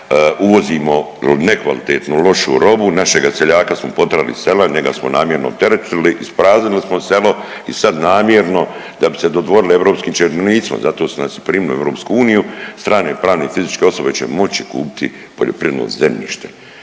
uvozimo nekvalitetno lošu robu, našega seljaka smo potrali iz sela, njega smo namjerno opteretili, ispraznili smo selo i sad namjerno da bismo se dodvorili europskim činovnicima, zato su nas i primili u EU, strane pravne i fizičke osobe će moći kupiti poljoprivredno zemljište.